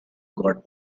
god